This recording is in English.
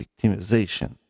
victimization